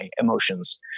emotions